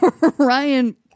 Ryan